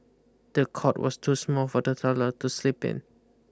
the cot was too small for the toddler to sleep in